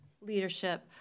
leadership